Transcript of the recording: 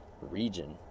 region